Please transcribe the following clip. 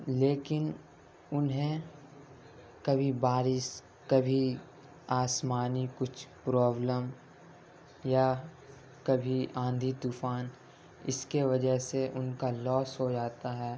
لیکن انہیں کبھی بارش کبھی آسمانی کچھ پرابلم یا کبھی آندھی طوفان اِس کے وجہ سے اُن کا لاس ہو جاتا ہے